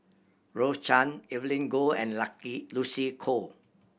Rose Chan Evelyn Goh and Lucky Lucy Koh